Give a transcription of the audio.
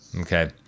Okay